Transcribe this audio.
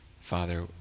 Father